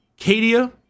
Cadia